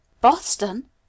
Boston